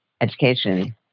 education